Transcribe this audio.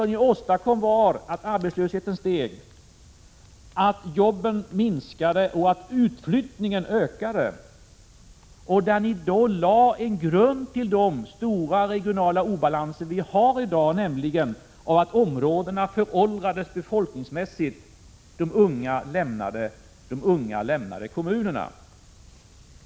Vad ni åstadkom var att arbetslösheten steg, att jobben minskade och utflyttningen ökade. Ni lade grunden till de stora regionalpolitiska obalanserna i dag — områdena har förändrats befolkningsmässigt, för de unga har lämnat kommunerna.